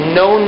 no